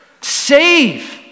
save